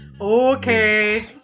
Okay